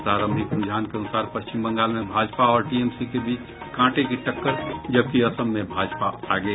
प्रारंभिक रूझान के अनुसार पश्चिम बंगाल में भाजपा और टीएमसी के बीच कांटे की टक्कर जबकि असम में भाजपा आगे